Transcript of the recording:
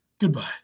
Goodbye